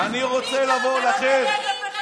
אנחנו ביטון, דודי, מה השעה?